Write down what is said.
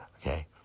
okay